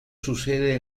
sucede